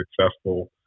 successful